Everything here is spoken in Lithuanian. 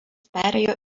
perėjo